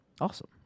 Awesome